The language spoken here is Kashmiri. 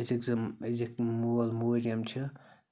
أزِکۍ زٕم أزِکۍ مول موج یِم چھِ